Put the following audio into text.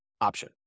option